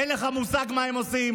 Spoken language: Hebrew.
אין לך מושג מה הם עושים,